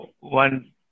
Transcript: one